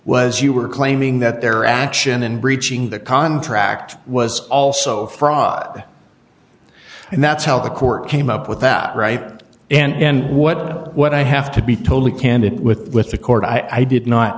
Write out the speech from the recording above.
was you were claiming that their action in breaching the contract was also a fraud and that's how the court came up with that right and what what i have to be totally candid with with the court i did not